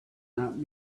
not